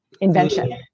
invention